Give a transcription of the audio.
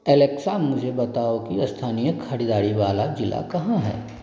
Alexa मुझे बताओ कि स्थानीय ख़रीदारी वाला ज़िला कहाँ है